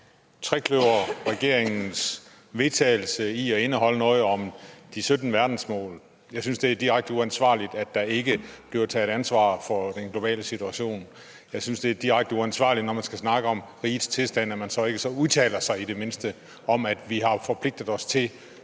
at trekløverregeringens forslag til vedtagelse indeholder noget om de 17 verdensmål? Jeg synes, det er direkte uansvarligt, at der ikke bliver taget ansvar for den globale situation. Jeg synes, det er direkte uansvarligt, når man skal snakke om rigets tilstand, at man så ikke i det mindste udtaler sig om, at vi har forpligtet os til